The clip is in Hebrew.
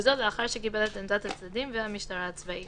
וזאת לאחר שקיבל את עמדת הצדדים ועמדה בכתב מטעם שירות בתי הסוהר,